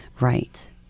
Right